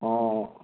অঁ